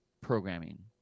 programming